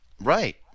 Right